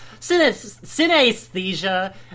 synesthesia